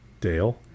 Dale